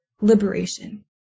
liberation